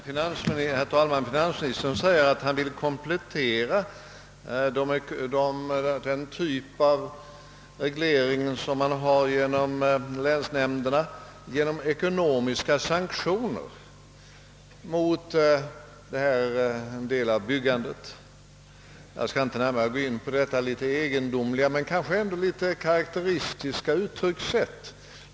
Herr talman! Finansministern säger att han vill komplettera den typ av reglering, som man har genom länsarbetsnämnderna, genom ekonomiska sanktioner mot denna del av byggandet. Jag skall inte närmare gå in på detta något egendomliga men kanske ändå rätt karakteristiska uttryckssätt.